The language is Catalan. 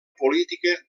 política